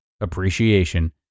appreciation